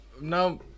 now